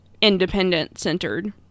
independent-centered